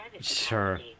Sure